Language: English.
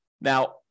Now